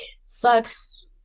sucks